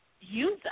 use